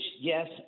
yes